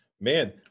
Man